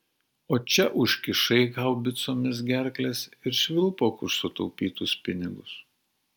o čia užkišai haubicoms gerkles ir švilpauk už sutaupytus pinigus